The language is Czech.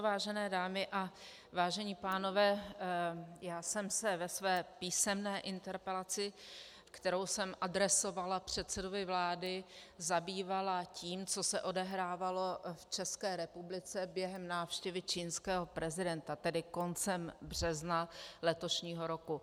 Vážené dámy a vážení pánové, já jsem se ve své písemné interpelaci, kterou jsem adresovala předsedovi vlády, zabývala tím, co se odehrávalo v České republice během návštěvy čínského prezidenta, tedy koncem března letošního roku.